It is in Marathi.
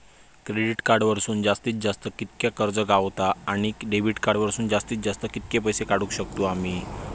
क्रेडिट कार्ड वरसून जास्तीत जास्त कितक्या कर्ज गावता, आणि डेबिट कार्ड वरसून जास्तीत जास्त कितके पैसे काढुक शकतू आम्ही?